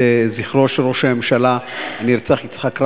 זכרו של ראש הממשלה הנרצח יצחק רבין,